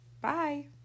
Bye